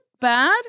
bad